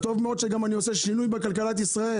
אז טוב מאוד שגם אני עושה שינוי בכלכלת ישראל.